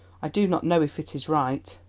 i do not know if it is right.